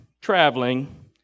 traveling